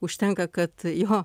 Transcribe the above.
užtenka kad jo